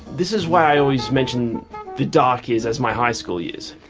this is why i always mention the dark years as my high school years.